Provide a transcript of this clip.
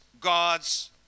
God's